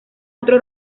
otro